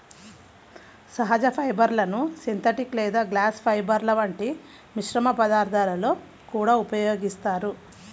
సహజ ఫైబర్లను సింథటిక్ లేదా గ్లాస్ ఫైబర్ల వంటి మిశ్రమ పదార్థాలలో కూడా ఉపయోగిస్తారు